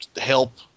help